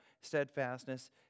Steadfastness